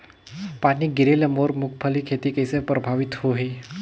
पानी गिरे ले मोर मुंगफली खेती कइसे प्रभावित होही?